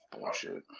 bullshit